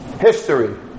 history